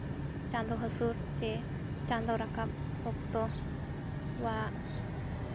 ᱪᱟᱸᱫᱚ ᱦᱟᱹᱥᱩᱨ ᱪᱮ ᱪᱟᱸᱫᱚ ᱨᱟᱠᱟᱵ ᱚᱠᱛᱚᱣᱟᱜ